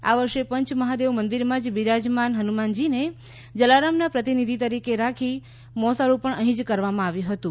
આ વર્ષે પંચ મહાદેવ મંદિરમાં જ બિરાજમાન હનુમાનજીને જલારામના પ્રતિનિધિ તરીકે રાખીને મોસાળુ પણ અંહીજ કરવામાં આવ્યું હતું